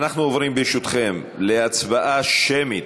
אנחנו עוברים, ברשותכם, להצבעה שמית,